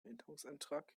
änderungsantrag